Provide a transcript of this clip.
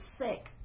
sick